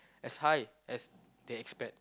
as high as they expect